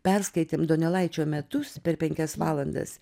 perskaitėm donelaičio metus per penkias valandas